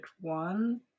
one